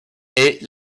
est